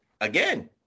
again